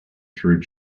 through